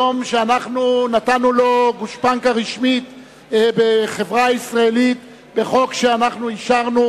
יום שנתנו לו גושפנקה רשמית בחברה הישראלית בחוק שאישרנו